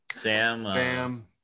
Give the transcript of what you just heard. Sam